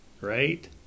Right